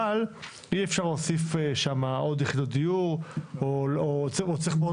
אבל אי אפשר להוסיף שם עוד יחידות דיור או צריך מאוד